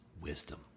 wisdom